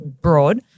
broad